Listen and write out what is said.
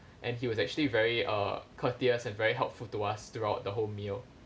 and he was actually very uh courteous and very helpful to us throughout the whole meal